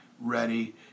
ready